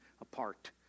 apart